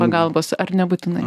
pagalbos ar nebūtinai